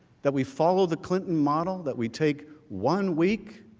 that we follow the clinton model that we take one week